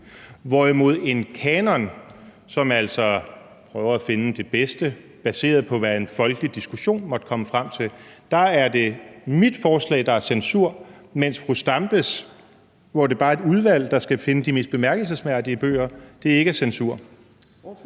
om en kanon, som altså prøver at finde det bedste baseret på, hvad en folkelig diskussion måtte komme frem til, censur, mens fru Zenia Stampes forslag, ifølge hvilket det bare er et udvalg, der skal finde de mest bemærkelsesværdige bøger, ikke er censur.